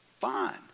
fine